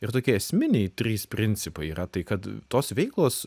ir tokie esminiai trys principai yra tai kad tos veiklos